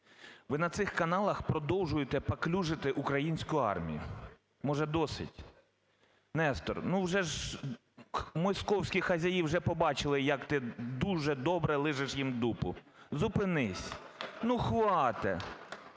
Ви на цих каналах продовжуєте паплюжити українську армію. Може досить! Несторе, ну, вже ж… московські хазяї вже побачили, як ти дуже добре лижеш їм дупу. Зупинись! Ну, хватить.